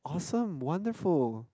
awesome wonderful